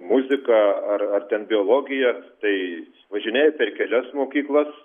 muzika ar ar ten biologija tai važinėja per kelias mokyklas